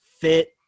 fit